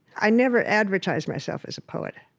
i never advertised myself as a poet.